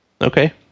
Okay